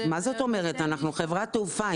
אנחנו חברת תעופה.